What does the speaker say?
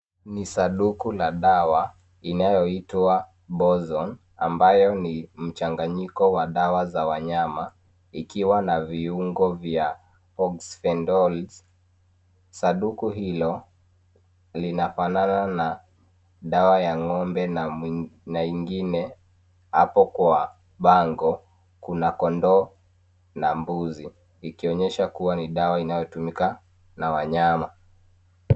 Ni sanduku la dawa inayoitwa bozon ambayo ni mchanganyiko wa dawa za wanyama ikiwa na viungo vya oxfendazole , sanduku hilo linafanana na dawa ya ng'ombe na ingine hapo kwa bango kuna kondoo na mbuzi ikionyesha kuwa ni dawa inayotumika na wanyama.